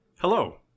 Hello